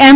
એમ